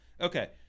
Okay